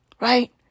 Right